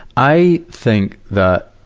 i think that